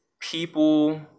people